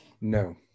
No